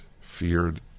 feared